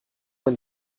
man